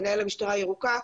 מנהל המשטרה הירוקה,